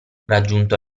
raggiunto